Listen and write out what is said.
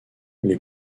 les